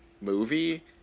movie